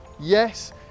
yes